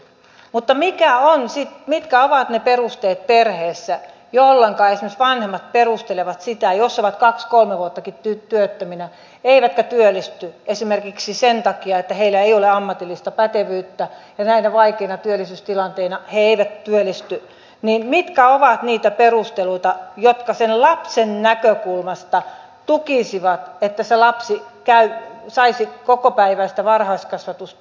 mutta mitkä ovat ne perusteet perheessä jos esimerkiksi vanhemmat ovat kaksi kolme vuottakin työttöminä eivätkä työllisty esimerkiksi sen takia että heillä ei ole ammatillista pätevyyttä ja näinä vaikeina työllisyysaikoina he eivät työllisty mitkä ovat niitä perusteluita jotka sen lapsen näkökulmasta tukisivat että se lapsi saisi kokopäiväistä varhaiskasvatusta